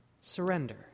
Surrender